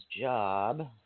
job